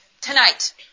tonight